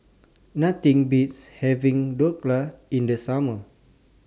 Nothing Beats having Dhokla in The Summer